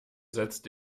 setzt